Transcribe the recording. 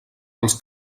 els